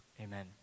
amen